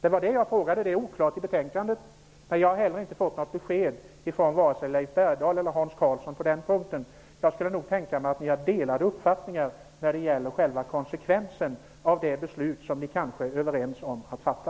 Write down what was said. Detta är nämligen oklart. Jag har inte fått något besked, vare sig från Leif Bergdahl eller från Hans Karlsson. Jag skulle kunna tänka mig att ni har olika uppfattningar om själva konsekvensen av det beslut som ni kanske är överens om att fatta.